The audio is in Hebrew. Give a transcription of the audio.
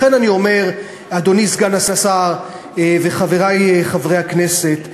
לכן אני אומר, אדוני סגן השר וחברי חברי הכנסת,